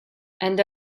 and